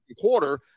quarter